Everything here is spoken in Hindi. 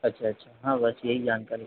अच्छा अच्छा हाँ बस यही जानकारी